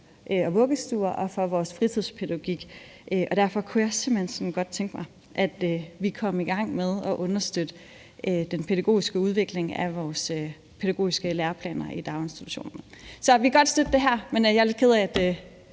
vuggestuer og for vores fritidspædagogik. Derfor kunne jeg simpelt hen godt tænke mig, at vi kom i gang med at understøtte den pædagogiske udvikling af vores pædagogiske læreplaner i daginstitutionerne. Så vi kan godt støtte det her, men jeg er lidt ked af,